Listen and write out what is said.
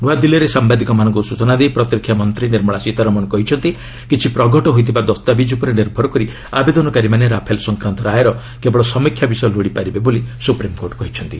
ନୂଆଦିଲ୍ଲୀରେ ସାମ୍ବାଦିକମାନଙ୍କୁ ସ୍ଚଚନା ଦେଇ ପ୍ରତିରକ୍ଷା ମନ୍ତ୍ରୀ ନିର୍ମଳା ସୀତାରମଣ କହିଛନ୍ତି କିଛି ପ୍ରଘଟ ହୋଇଥିବା ଦସ୍ତାବିଜ୍ ଉପରେ ନିର୍ଭର କରି ଆବେଦନକାରୀମାନେ ରାଫେଲ୍ ସଂକ୍ରାନ୍ତ ରାୟର କେବଳ ସମୀକ୍ଷା ବିଷୟ ଲୋଡ଼ିପାରିବେ ବୋଲି ସ୍ୱପ୍ରିମ୍କୋର୍ଟ କହିଛନ୍ତି